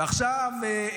ועכשיו,